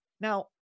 Now